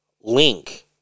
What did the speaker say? link